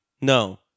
No